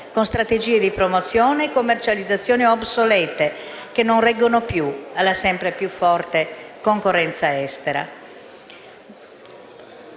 con strategie di promozione e commercializzazione obsolete, che non reggono più alla sempre maggiore concorrenza estera.